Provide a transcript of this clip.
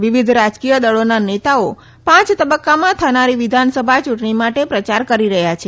વિવિધ રાજકીય દળોના નેતાઓ પાંચ તબકકામાં થનારી વિધાનસભા યુંટણી માટે પ્રચાર કરી રહ્યાં છે